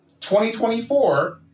2024